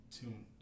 tuned